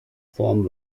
vorm